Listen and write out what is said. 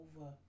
over